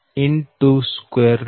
d212D